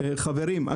חברים,